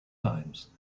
times